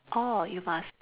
orh you must